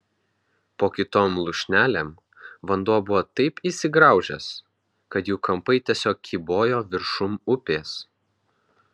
po kitom lūšnelėm vanduo buvo taip įsigraužęs kad jų kampai tiesiog kybojo viršum upės